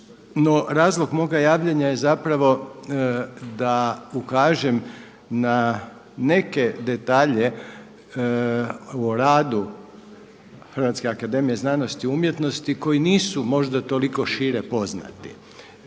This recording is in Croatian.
razlog moga javljanja je zapravo da ukažem na neke detalje o radu HAZU koji nisu možda toliko šire poznati.